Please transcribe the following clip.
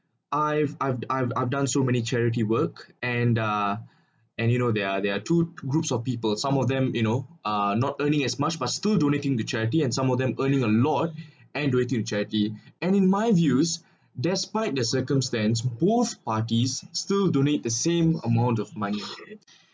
I've I've I've I've done so many charity work and uh and you know there are there are two groups of people some of them you know uh not earning as much but still donating the charity and some of them earning a lot and donating the charity and in my views despite the circumstance both parties still donate the same amount of money